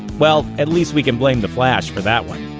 well, at least we can blame the flash for that one.